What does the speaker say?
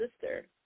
sister